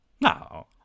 No